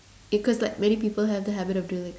because like many people have the habit of being like